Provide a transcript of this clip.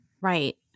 Right